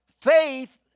Faith